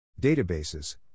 Databases